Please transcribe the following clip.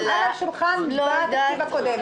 הוא היה על השולחן בתקציב הקודם.